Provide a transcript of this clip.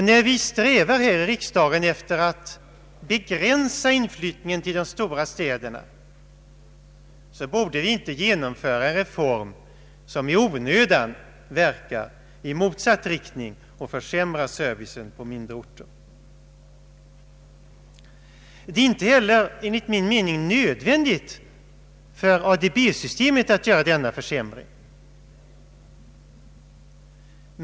När vi i riksdagen strävar att begränsa inflyttningen till de stora städerna, borde vi inte genomföra en reform som i onödan verkar i motsatt riktning och försämrar servicen på mindre orter. Det är enligt min mening inte heller nödvändigt för ADB-systemet att göra denna försämring.